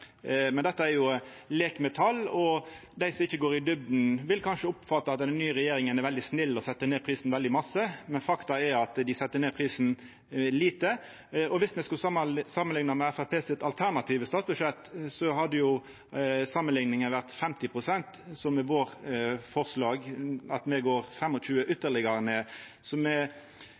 Dette er jo leik med tal, og dei som ikkje går i djupna, vil kanskje oppfatta at den nye regjeringa er veldig snill og set ned prisen veldig mykje, men faktum er at dei set ned prisen lite. Viss me skulle ha samanlikna med det alternative statsbudsjettet til Framstegspartiet, hadde det vore snakk om 50 pst., altså går me med vårt forslag ytterlegare 25 pst. ned.